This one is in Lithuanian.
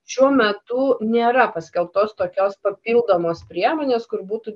šiuo metu nėra paskelbtos tokios papildomos priemonės kur būtų